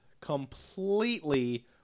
completely